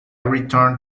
returned